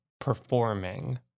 performing